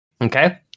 Okay